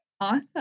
Awesome